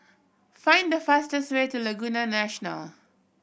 find the fastest way to Laguna National